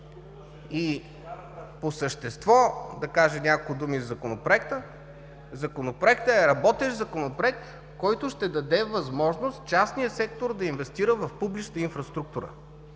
По същество да кажа няколко думи за Законопроекта. Законопроектът е работещ Законопроект, който ще даде възможност частният сектор да инвестира в публична инфраструктура